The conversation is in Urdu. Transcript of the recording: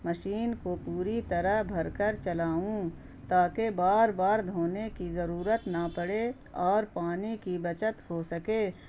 مشین کو پوری طرح بھر کر چلاؤں تاکہ بار بار دھونے کی ضرورت نہ پڑے اور پانی کی بچت ہو سکے